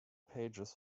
pages